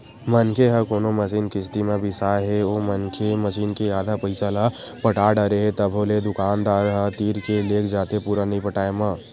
मनखे ह कोनो मसीन किस्ती म बिसाय हे ओ मनखे मसीन के आधा पइसा ल पटा डरे हे तभो ले दुकानदार ह तीर के लेग जाथे पुरा नइ पटाय म